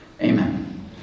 amen